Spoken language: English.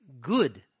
good